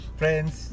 friends